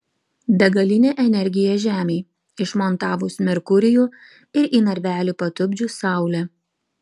begalinė energija žemei išmontavus merkurijų ir į narvelį patupdžius saulę